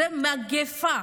זאת מגפה.